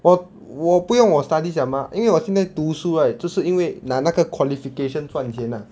我我不用我 studies liao mah 因为我现在读书 right 就是因为拿那个 qualification 赚钱 lah